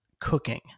cooking